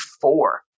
four